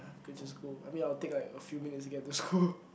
then just go I mean I will take like a few minutes to get to school